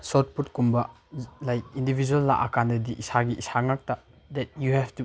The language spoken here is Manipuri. ꯁꯣꯠ ꯄꯨꯠꯀꯨꯝꯕ ꯂꯥꯏꯛ ꯏꯟꯗꯤꯕꯤꯖ꯭ꯋꯦꯜ ꯂꯥꯛꯑ ꯀꯥꯟꯗꯗꯤ ꯏꯁꯥꯒꯤ ꯏꯁꯥꯉꯥꯛꯇ ꯗꯦꯠ ꯌꯨ ꯍꯦꯞ ꯇꯨ